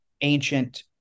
ancient